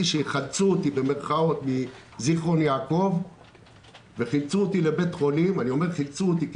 ש"יחלצו" אותי מזכרון יעקב לבית חולים אני אומר "חילצו אותי" כי